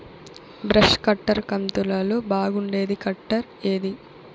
Brush cutter కంతులలో బాగుండేది cutter ఏది?